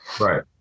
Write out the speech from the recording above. Right